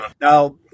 Now